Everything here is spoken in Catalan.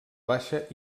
baixa